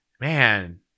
man